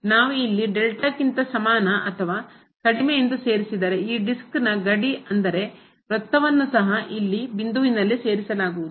ನಾವು ಇಲ್ಲಿ ಕ್ಕಿಂತ ಸಮಾನ ಅಥವಾ ಕಡಿಮೆ ಎಂದು ಸೇರಿಸಿದರೆ ಈ ಡಿಸ್ಕ್ನ ಗಡಿ ಅಂದರೆ ವೃತ್ತವನ್ನು ಸಹ ಇಲ್ಲಿ ಬಿಂದುವಿನಲ್ಲಿ ಸೇರಿಸಲಾಗುವುದು